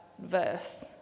verse